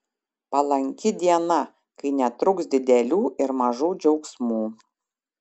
palanki diena kai netruks didelių ir mažų džiaugsmų